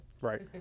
Right